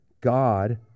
God